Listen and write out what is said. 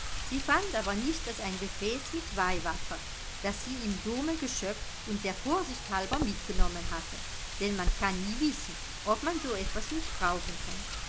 sie fand aber nichts als ein gefäß mit weihwasser das sie im dome geschöpft und der vorsicht halber mitgenommen hatte denn man kann nie wissen ob man so etwas nicht brauchen kann